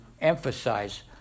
emphasize